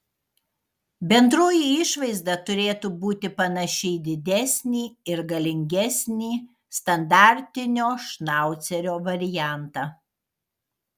bendroji išvaizda turėtų būti panaši į didesnį ir galingesnį standartinio šnaucerio variantą